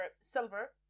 Silver